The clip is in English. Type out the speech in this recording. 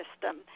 system